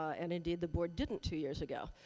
and indeed, the board didn't two years ago.